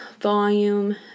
volume